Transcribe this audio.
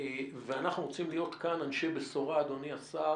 ואנחנו רוצים להיות כאן אנשי בשורה, אדוני השר.